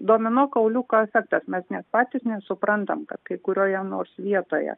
domino kauliukų efektas mes net patys nesuprantam kad kai kurioje nors vietoje